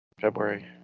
February